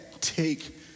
take